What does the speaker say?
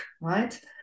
right